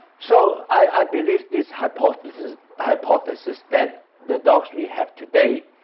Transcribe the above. so i believe this hypothesis hypothesis that the dogs we have today,